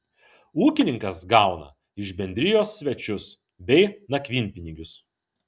ūkininkas gauna iš bendrijos svečius bei nakvynpinigius